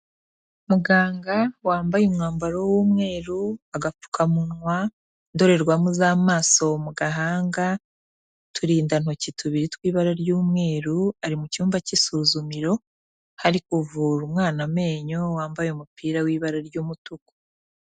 Muganga wambaye umwambaro w'umweru, agapfukamunwa, indorerwamo z'amaso mu gahanga, uturindantoki tubiri tw'ibara ry'umweru, ari mu cyumba cy'isuzumiro, aho ari kuvura umwana amenyo wambaye umupira w'ibara ry'umutuku.